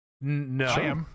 No